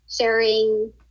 sharing